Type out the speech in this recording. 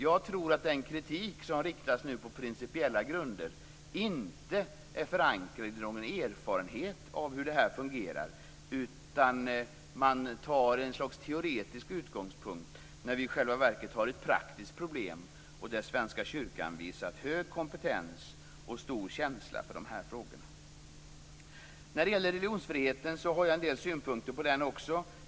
Jag tror att den kritik som på principiella grunder har riktats mot detta inte är förankrad i någon erfarenhet av hur detta fungerar. Man tar ett slags teoretisk utgångspunkt när vi i själva verket har ett praktiskt problem. Svenska kyrkan har visat stor kompetens och stor känsla för de här frågorna. Jag har också en del synpunkter på religionsfriheten.